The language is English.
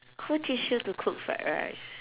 who teach you to cook fried rice